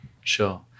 sure